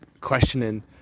questioning